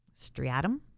striatum